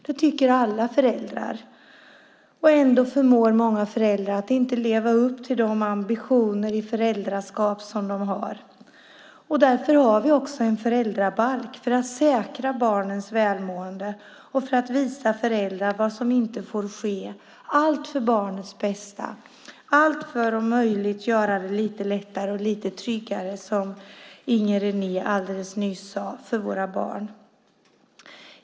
Det tycker alla föräldrar. Ändå förmår många föräldrar inte leva upp till de ambitioner i föräldraskapet som de har. Därför har vi också en föräldrabalk för att säkra barnens välmående och för att visa föräldrar vad som inte får ske - allt för barnens bästa, allt för att om möjligt göra det lite lättare och lite tryggare för våra barn, som Inger René alldeles nyss sade.